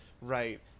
right